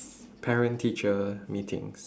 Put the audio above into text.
parent teacher meetings